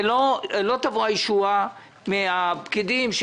לא תבוא הישועה מהפקידים.